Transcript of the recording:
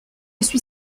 suis